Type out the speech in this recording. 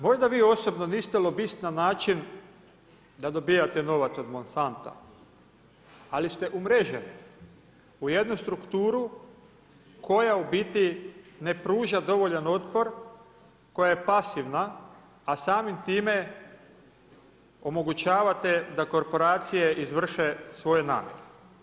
Možda vi osobno niste lobist na način da dobijate novac od Monsanta, ali ste umreženi u jednu strukturu koja u biti ne pruža dovoljan otpor, koja je pasivna, a samim time omogućavate da korporacije izvrše svoje namjere.